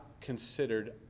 considered